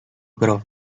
grove